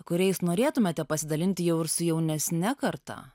kuriais norėtumėte pasidalinti jau ir su jaunesne karta